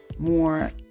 more